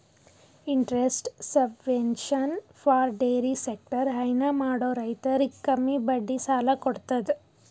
interest subvention for dairy sector ಹೈನಾ ಮಾಡೋ ರೈತರಿಗ್ ಕಮ್ಮಿ ಬಡ್ಡಿ ಸಾಲಾ ಕೊಡತದ್